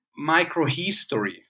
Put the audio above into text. microhistory